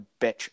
bitch